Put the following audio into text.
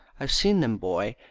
i've seen them, boy,